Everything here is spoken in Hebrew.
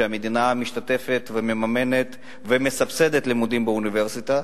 כשהמדינה משתתפת ומממנת ומסבסדת לימודים באוניברסיטה,